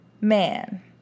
Man